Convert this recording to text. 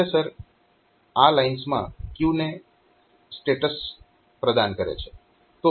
processor આ લાઇન્સમાં queue નું સ્ટેટસ પ્રદાન કરે છે